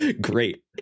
Great